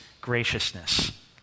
graciousness